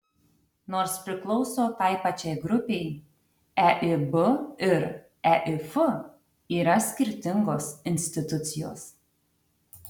nors priklauso tai pačiai grupei eib ir eif yra skirtingos institucijos